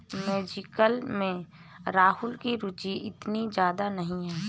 music में राहुल की रुचि इतनी ज्यादा नहीं है